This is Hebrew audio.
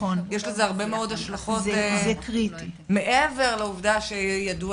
יש לזה הרבה מאוד השלכות מעבר לעובדה שידוע